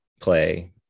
play